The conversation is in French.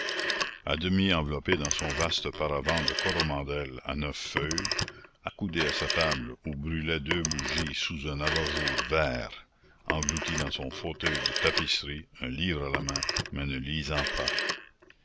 à demi enveloppé dans son vaste paravent de coromandel à neuf feuilles accoudé à sa table où brûlaient deux bougies sous un abat-jour vert englouti dans son fauteuil de tapisserie un livre à la main mais ne